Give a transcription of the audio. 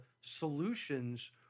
solutions